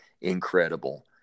incredible